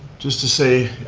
just to say,